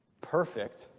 perfect